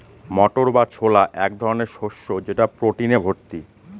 মটর বা ছোলা এক ধরনের শস্য যেটা প্রোটিনে ভর্তি